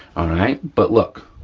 all right, but look,